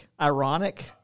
ironic